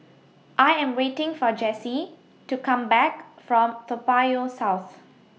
I Am waiting For Jessy to Come Back from Toa Payoh South